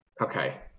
Okay